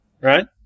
right